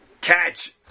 catch